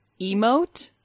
emote